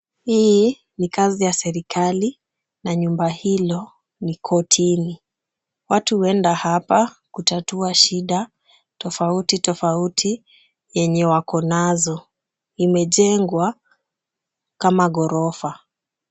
Hii ni kazi ya serikali na nyumba hilo ni kortini. Watu huenda hapa kutatua shida tofauti tofauti yenye wako nazo. Imejengwa kama ghorofa.